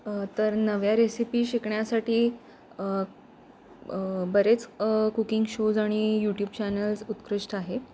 तर नव्या रेसिपी शिकण्यासाठी बरेच कुकिंग शोज आणि यूट्यूब चॅनल्स उत्कृष्ट आहे